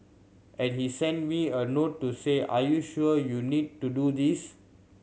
and he sent me a note to say are you sure you need to do this